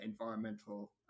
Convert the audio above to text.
environmental